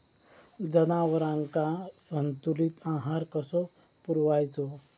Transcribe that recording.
जनावरांका संतुलित आहार कसो पुरवायचो?